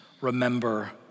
remember